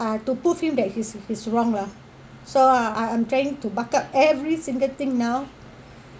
uh to prove him that he's he's wrong lah so I I'm trying to buck up every single thing now